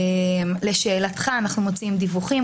לשאלתך, אני מוצאת דיווחים.